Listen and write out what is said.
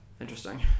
interesting